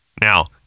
Now